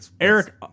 Eric